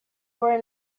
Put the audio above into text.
were